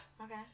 Okay